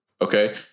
Okay